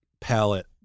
palette